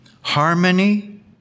harmony